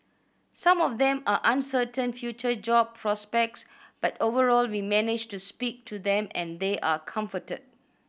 some of them are uncertain future job prospects but overall we managed to speak to them and they are comforted